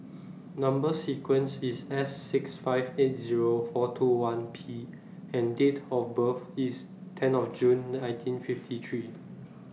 Number sequence IS S six five eight Zero four two one P and Date of birth IS ten of June nineteen fifty three